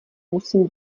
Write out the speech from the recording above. musím